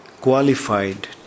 qualified